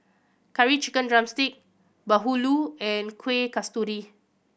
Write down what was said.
Curry Chicken drumstick bahulu and Kuih Kasturi